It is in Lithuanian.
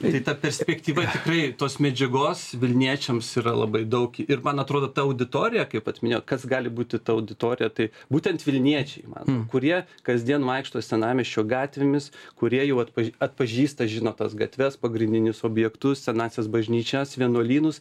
tai ta perspektyva tikrai tos medžiagos vilniečiams yra labai daug ir man atrodo ta auditorija kaip vat minėjot kas gali būti ta auditorija tai būtent vilniečiai man kurie kasdien vaikšto senamiesčio gatvėmis kurie jau atpa atpažįsta žino tas gatves pagrindinius objektus senąsias bažnyčias vienuolynus